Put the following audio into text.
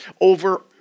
over